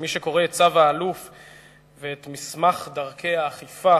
ומי שקורא את צו האלוף ואת מסמך דרכי האכיפה